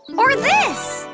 or this!